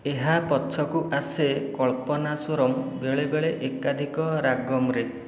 ଏହା ପଛକୁ ଆସେ କଲ୍ପନାସ୍ଵରମ୍ ବେଳେବେଳେ ଏକାଧିକ ରାଗମ୍ରେ